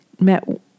met